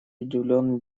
удивленный